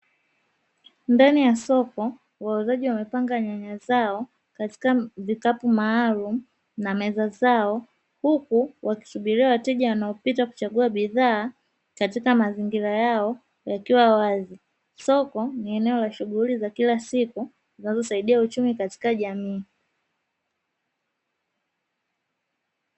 Ndani ya soko wauzaji wamepanga nyanya zao katika vikapu maalumu na meza zao huku wakisubiria wateja wanaopita kuchaguwa bidhaa katika mazingira yao yakiwa wazi, soko ni eneo la shughuli za kila siku zinazosaidia uchumii katika jamii.